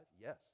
Yes